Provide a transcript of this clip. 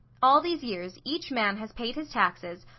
all these years, each man has paid his taxes,